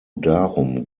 darum